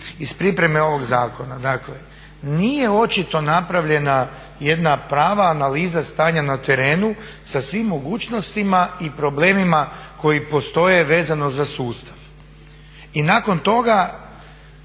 iz pripreme ovog zakona. Dakle, nije očito napravljena jedna prava analiza stanja na terenu sa svim mogućnostima i problemima koji postoje vezano za sustav. I nakon toga